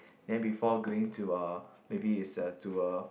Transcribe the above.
then before going to a maybe is a to a